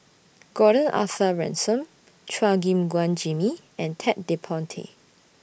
Gordon Arthur Ransome Chua Gim Guan Jimmy and Ted De Ponti